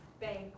bank